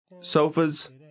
sofas